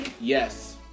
Yes